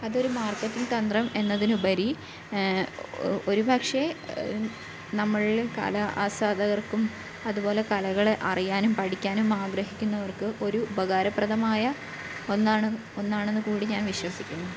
അതൊര് മാർക്കറ്റിംഗ് തന്ത്രം എന്നതിനുപരി ഒരുപക്ഷേ നമ്മളിൽ കല ആസ്വാദകർക്കും അത്പോലെ കലകളെ അറിയാനും പഠിക്കാനും ആഗ്രഹിക്കുന്നവർക്ക് ഒരു ഉപകാരപ്രദമായ ഒന്നാണ് ഒന്നാണെന്ന് കൂടി ഞാൻ വിശ്വസിക്കുന്നു